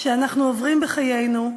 שאנחנו עוברים בחיינו,